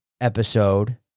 episode